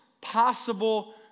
possible